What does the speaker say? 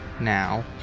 now